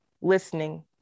listening